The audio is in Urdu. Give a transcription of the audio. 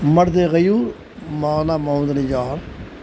مردغیور مولانا محمد علی جوہر